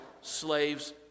slaves